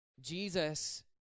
Jesus